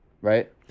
right